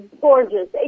gorgeous